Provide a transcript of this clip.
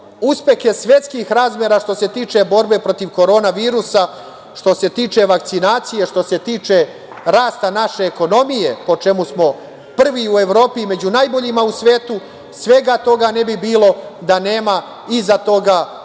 uspehe svetskih razmera što se tiče borbe protiv korona virusa, što se tiče vakcinacije, što se tiče rasta naše ekonomije, po čemu smo prvi u Evropi i među najboljima u svetu, svega toga ne bi bilo da nema iza toga Vlade